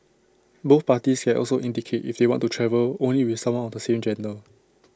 both parties can also indicate if they want to travel only with someone of the same gender